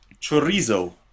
chorizo